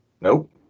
Nope